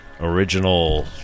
original